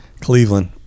cleveland